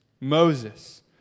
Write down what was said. Moses